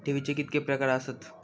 ठेवीचे कितके प्रकार आसत?